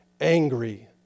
angry